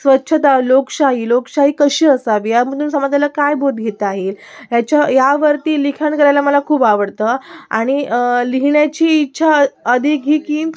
स्वच्छता लोकशाही लोकशाही कशी असावी यामधून समाजाला काय बोध घेता येईल ह्याच्या ह्यावरती लिखाण करायला मला खूप आवडतं आणि लिहिण्याची इच्छा अधिक ही की